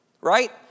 right